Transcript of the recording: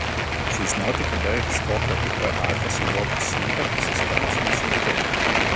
sužinoti kada ir iš kokio ip adreso buvo prisijungta prie sistemos nesunku